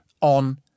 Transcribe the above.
On